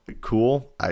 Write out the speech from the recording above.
cool